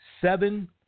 seven